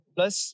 Plus